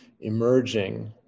emerging